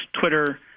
Twitter